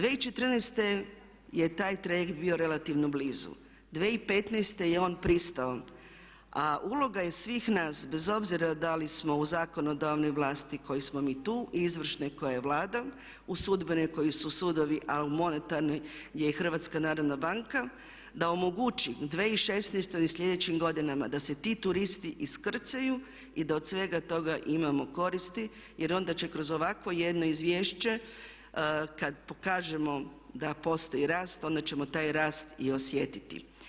2014. je taj trajekt bio relativno blizu, 2015. je on pristao a uloga je svih nas bez obzira da li smo u zakonodavnoj vlasti u kojoj smo mi tu i izvršnoj koja je Vlada, u sudbenoj koji su sudovi a u monetarnoj gdje je Hrvatska narodna banka da omogući 2016. i sljedećim godinama da se ti turisti iskrcaju i da od svega toga imamo koristi jer onda će kroz ovakvo jedno izvješće kada pokažemo da postoji rast, onda ćemo taj rast i osjetiti.